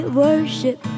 worship